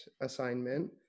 assignment